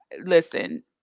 listen